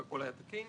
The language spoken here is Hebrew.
שהכל היה תקין?